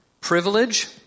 Privilege